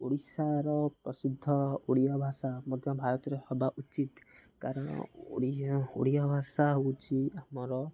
ଓଡ଼ିଶାର ପ୍ରସିଦ୍ଧ ଓଡ଼ିଆ ଭାଷା ମଧ୍ୟ ଭାରତରେ ହବା ଉଚିତ୍ କାରଣ ଓଡ଼ିଆ ଭାଷା ହେଉଛି ଆମର